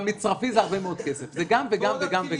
במצרפי זה הרבה מאוד כסף, זה גם וגם וגם.